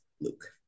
Luke